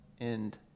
end